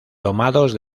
tomados